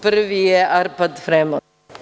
Prvi je Arpad Fremond.